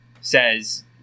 says